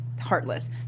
heartless